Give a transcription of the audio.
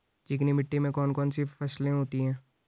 चिकनी मिट्टी में कौन कौन सी फसलें होती हैं?